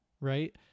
right